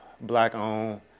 Black-owned